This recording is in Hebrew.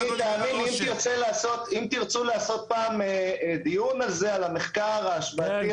אם תרצו לעשות פעם דיון על המחקר ההשוואתי הזה,